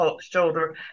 shoulder